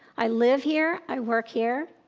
i live here, i work here,